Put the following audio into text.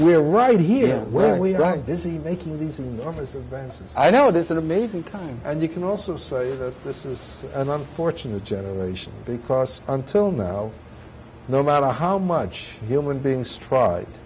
are right here where we are right this is making these enormous advances i know it is an amazing time and you can also say this is an unfortunate generation because until now no matter how much human beings tr